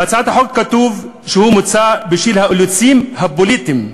בהצעת החוק כתוב שהיא מוצעת בשל האילוצים הפוליטיים,